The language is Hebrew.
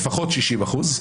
לפחות 60%,